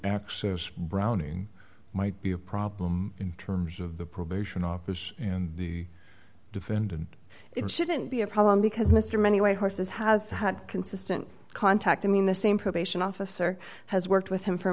access browning might be a problem in terms of the probation office and the defendant it shouldn't be a problem because mr many way horses has had consistent contact i mean the same probation officer has worked with him for